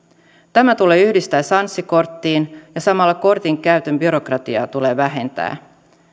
tämä tulee yhdistää sanssi korttiin ja samalla kortin käytön byrokratiaa tulee vähentää